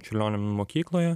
čiurlionio mokykloje